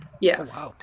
yes